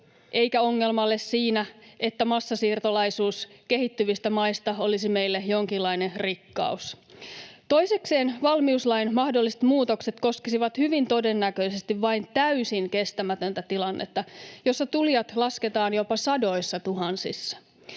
eikä ongelma ole siinä, että massasiirtolaisuus kehittyvistä maista olisi meille jonkinlainen rikkaus. Toisekseen valmiuslain mahdolliset muutokset koskisivat hyvin todennäköisesti vain täysin kestämätöntä tilannetta, jossa tulijat lasketaan jopa sadoissa tuhansissa.